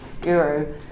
guru